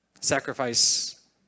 sacrifice